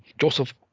Joseph